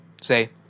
say